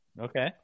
Okay